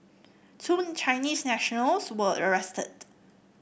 two Chinese nationals were arrested